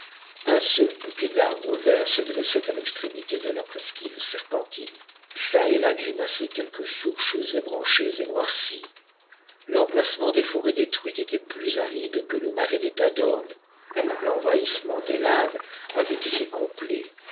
un seul bouquet d'arbres verts se dressait à l'extrémité de la presqu'île serpentine çà et là grimaçaient quelques souches ébranchées et noircies l'emplacement des forêts détruites était plus aride que le marais des tadornes l'envahissement des laves avait été complet